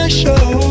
show